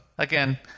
Again